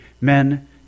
men